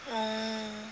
oh